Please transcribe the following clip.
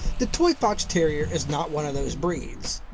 the toy fox terrier is not one of those breeds.